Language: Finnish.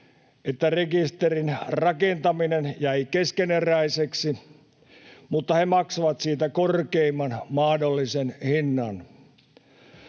että rekisterin rakentaminen jäi keskeneräiseksi, mutta he maksavat siitä korkeimman mahdollisen hinnan.